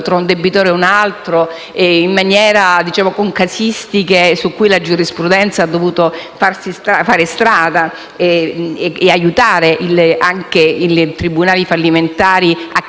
tra un debitore e un altro, con casistiche su cui la giurisprudenza ha dovuto fare strada e aiutare i tribunali fallimentari a